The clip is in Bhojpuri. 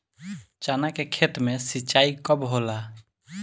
चना के खेत मे सिंचाई कब होला?